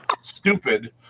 stupid